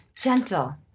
Gentle